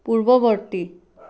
পূৰ্বৱৰ্তী